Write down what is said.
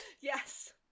Yes